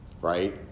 right